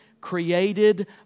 created